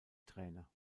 trainer